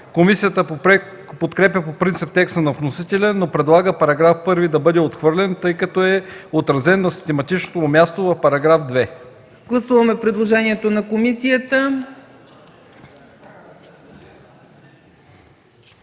Комисията подкрепя по принцип текста на вносителя, но предлага § 1 да бъде отхвърлен, тъй като е отразен на систематичното му място в § 2.